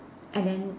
and then